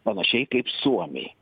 panašiai kaip suomiai